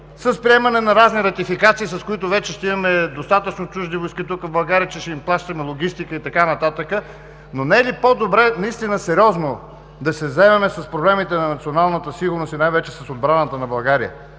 с приемане на разни ратификации, с които вече ще имаме достатъчно чужди войски тук, в България, че ще им плащаме логистика и така нататък. Но не е ли по-добре наистина сериозно да се заемем с проблемите на националната сигурност и най-вече с отбраната на България,